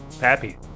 Happy